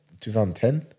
2010